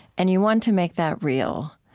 and you want to make that real.